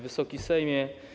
Wysoki Sejmie!